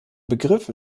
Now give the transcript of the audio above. begriff